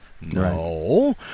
no